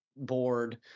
board